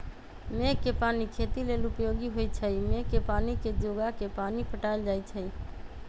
मेघ कें पानी खेती लेल उपयोगी होइ छइ मेघ के पानी के जोगा के पानि पटायल जाइ छइ